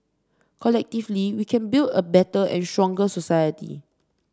collectively we can build a better and stronger society